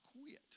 quit